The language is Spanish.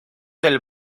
del